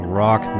rock